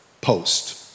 post